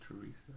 Teresa